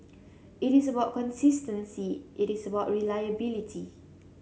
it is about consistency it is about reliability